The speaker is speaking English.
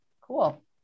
Cool